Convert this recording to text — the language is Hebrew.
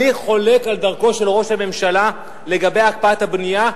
אני חולק על דרכו של ראש הממשלה לגבי הקפאת הבנייה,